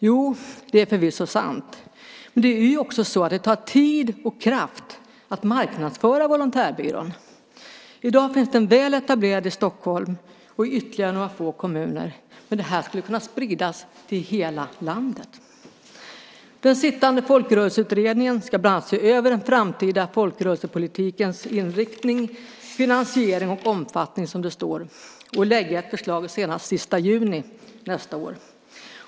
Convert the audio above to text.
Jo, det är förvisso sant, men det är också så att det tar tid och kraft att marknadsföra Volontärbyrån. I dag finns den väl etablerad i Stockholm och i ytterligare några få kommuner. Men det här skulle kunna spridas till hela landet. Den sittande Folkrörelseutredningen ska bland annat se över den framtida folkrörelsepolitikens inriktning, finansiering och omfattning, som det står, och lägga ett förslag senast den 30 juni nästa år.